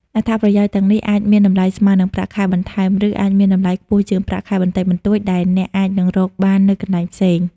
អត្ថប្រយោជន៍ទាំងនេះអាចមានតម្លៃស្មើនឹងប្រាក់ខែបន្ថែម ឬអាចមានតម្លៃខ្ពស់ជាងប្រាក់ខែបន្តិចបន្តួចដែលអ្នកអាចនឹងរកបាននៅកន្លែងផ្សេង។